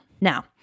Now